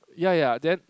ya ya ya then